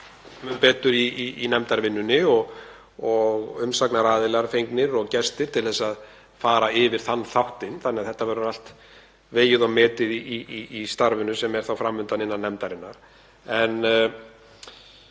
mun betur í nefndarvinnunni og umsagnaraðilar fengnir og gestir til að fara yfir þann þáttinn. Þetta verður allt vegið og metið í starfinu sem er fram undan innan nefndarinnar.